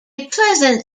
pleasant